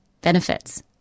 benefits